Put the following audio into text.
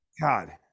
God